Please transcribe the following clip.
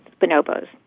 bonobos